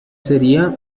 sería